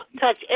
Touch